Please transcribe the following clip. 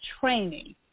training